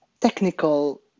technical